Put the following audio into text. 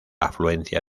afluencia